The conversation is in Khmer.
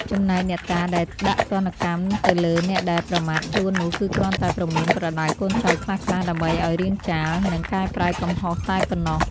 ចំណែកអ្នកតាដែលដាក់ទណ្ឌកម្មទៅលើអ្នកដែលប្រមាថខ្លួននោះ គឺគ្រាន់តែព្រមានប្រដៅកូនចៅខ្លះៗ ដើម្បីឱ្យរាងចាល និង កែប្រែកំហុសតែប៉ុណ្ណោះ។